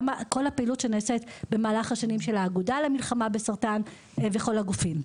כל הפעילות שנעשית במהלך השנים של האגודה למלחמה בסרטן וכל הגופים.